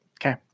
okay